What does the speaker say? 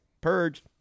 purge